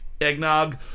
Eggnog